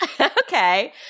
Okay